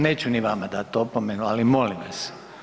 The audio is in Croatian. Neću ni vama dati opomenu, ali molim vas.